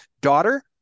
daughter